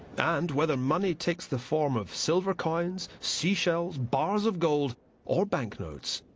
and, whether money takes the form of silver coins, seashells, bars of gold or bank notes,